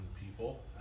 people